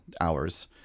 hours